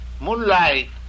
moonlight